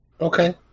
Okay